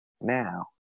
now